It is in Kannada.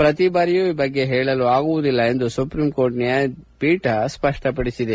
ಪ್ರತಿ ಬಾರಿಯೂ ಈ ಬಗ್ಗೆ ಹೇಳಲು ಆಗುವುದಿಲ್ಲ ಎಂದು ಸುಪ್ರೀಂ ಕೋರ್ಡ್ ನ್ಯಾಯಪೀಠ ಸ್ವಷ್ವಪದಿಸಿದೆ